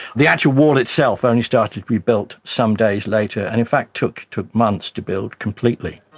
the actual wall itself only started to be built some days later, and in fact took took months to build completely.